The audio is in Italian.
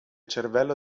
cervello